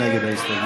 מי נגד ההסתייגות?